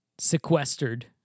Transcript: sequestered